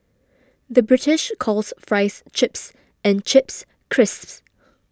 the British calls Fries Chips and Chips Crisps